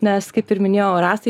nes kaip ir minėjau rasai